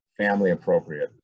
family-appropriate